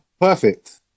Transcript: perfect